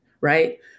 right